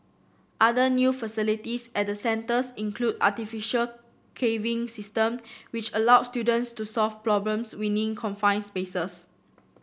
other new facilities at the centres include artificial caving system which allow students to solve problems within confined spaces